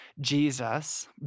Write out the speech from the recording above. Jesus